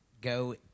go